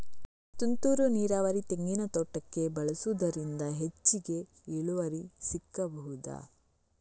ತುಂತುರು ನೀರಾವರಿ ತೆಂಗಿನ ತೋಟಕ್ಕೆ ಬಳಸುವುದರಿಂದ ಹೆಚ್ಚಿಗೆ ಇಳುವರಿ ಸಿಕ್ಕಬಹುದ?